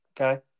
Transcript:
Okay